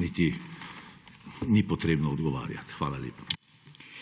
niti ni potrebno odgovarjati. Hvala lepa.